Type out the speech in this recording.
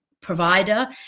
provider